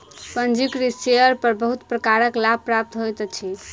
पंजीकृत शेयर पर बहुत प्रकारक लाभ प्राप्त होइत अछि